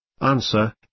Answer